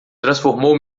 transformou